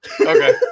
Okay